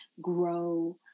grow